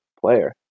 player